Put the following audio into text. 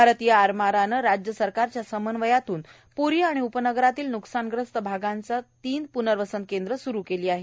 आरतीय आरमारानं राज्य सरकारच्या समन्वयानं प्री आणि उपनगरातल्या न्कसानग्रस्त भागात तीन प्नर्वसन केंद्रं सुरू केली आहेत